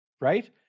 right